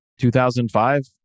2005